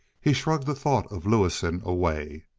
he shrugged the thought of lewison away.